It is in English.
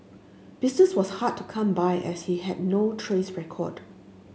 business was hard to come by as he had no trace record